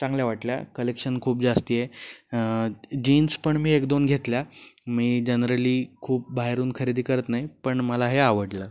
चांगल्या वाटल्या कलेक्शन खूप जास्त आहे जीन्स पण मी एक दोन घेतल्या मी जनरली खूप बाहेरून खरेदी करत नाही पण मला हे आवडलं